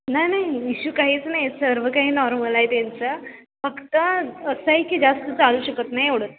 नाही नाही इश्यू काहीच नाही सर्व काही नॉर्मल आहे त्यांचं फक्त असं आहे की जास्त चालू शकत नाही एवढं